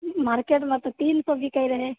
मारकेटमे तऽ तीसके बिकै रहै